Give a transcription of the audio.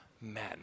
men